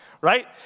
right